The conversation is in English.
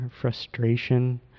frustration